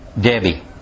Debbie